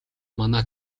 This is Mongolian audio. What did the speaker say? манай